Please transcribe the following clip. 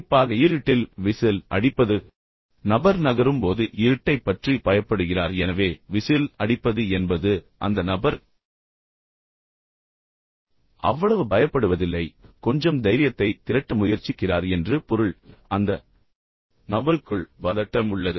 குறிப்பாக இருட்டில் விசில் அடிப்பது நபர் நகரும் போது இருட்டைப் பற்றி பயப்படுகிறார் எனவே விசில் அடிப்பது என்பது அந்த நபர் அவ்வளவு பயப்படுவதில்லை என்பதையும் கொஞ்சம் தைரியத்தை திரட்ட முயற்சிக்கிறார் என்பது தொடர்புகொள்வதற்கான ஒரு வழியாகும் ஆனால் உண்மையில் அந்த நபருக்குள் பதட்டம் உள்ளது